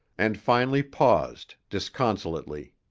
and finally paused, disconsolately.